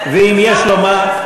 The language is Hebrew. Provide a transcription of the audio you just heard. ואם יש לו מה,